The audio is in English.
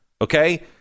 Okay